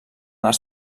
els